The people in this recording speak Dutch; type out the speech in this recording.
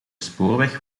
spoorweg